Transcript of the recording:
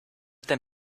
them